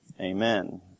Amen